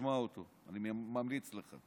תשמע אותו, אני ממליץ לך.